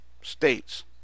states